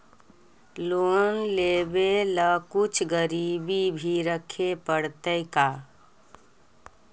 Loan लेबे ल कुछ गिरबी भी रखे पड़तै का?